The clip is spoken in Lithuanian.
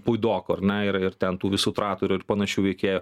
puidoko ar ne ir ir ten tų visų tratorių ir panašių veikėjų